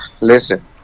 listen